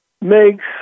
makes